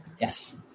yes